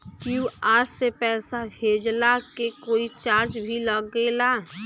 QR से पैसा भेजला के कोई चार्ज भी लागेला?